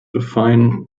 define